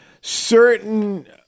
certain